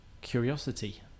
curiosity